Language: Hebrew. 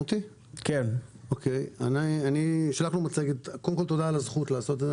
קודם כול, תודה על הזכות להיות כאן.